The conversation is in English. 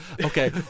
okay